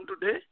today